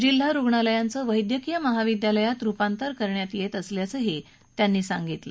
जिल्हा रुग्णालयांचं वैद्यकीय महाविद्यालयात रुपांतर केल्याचंही त्यांनी सांगितलं